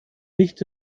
nicht